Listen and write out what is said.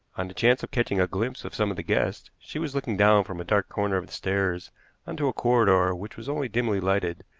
on the chance of catching a glimpse of some of the guests, she was looking down from a dark corner of the stairs on to a corridor which was only dimly lighted,